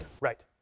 Right